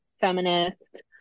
feminist